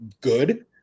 good